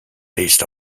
based